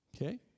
Okay